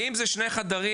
אם זה שני חדרים,